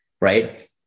right